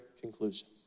conclusion